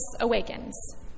Awakens